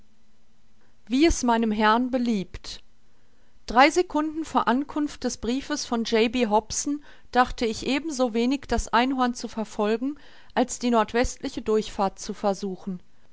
wie es meinem herrn beliebt drei secunden vor ankunft des briefes von j b hobson dachte ich ebenso wenig das einhorn zu verfolgen als die nordwestliche durchfahrt zu versuchen